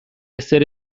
ezer